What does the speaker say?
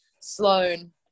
Sloan